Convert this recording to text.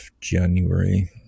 January